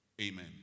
Amen